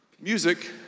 Music